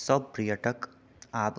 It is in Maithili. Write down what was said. सभ पर्यटक आब